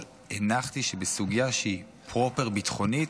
אבל הנחתי שבסוגיה שהיא פרופר ביטחונית,